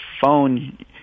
phone